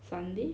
sunday